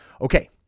Okay